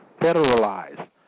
federalized